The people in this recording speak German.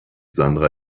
sandra